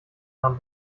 nahm